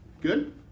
Good